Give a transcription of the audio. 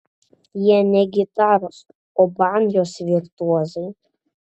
jie ne gitaros o bandžos virtuozai